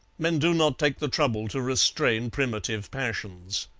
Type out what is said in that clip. men do not take the trouble to restrain primitive passions.